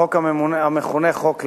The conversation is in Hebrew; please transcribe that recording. חוק המכונה חוק לרון,